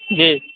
جی